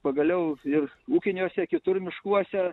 pagaliau ir ūkiniuose kitur miškuose